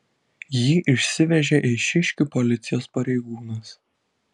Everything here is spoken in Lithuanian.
jį išsivežė eišiškių policijos pareigūnas